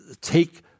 take